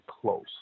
close